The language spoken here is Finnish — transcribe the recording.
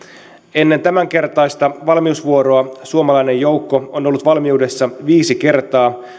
ennen tämänkertaista valmiusvuoroa suomalainen joukko on ollut valmiudessa viisi kertaa